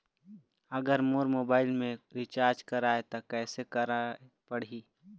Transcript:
अगर मोर मोबाइल मे रिचार्ज कराए त कैसे कराए पड़ही?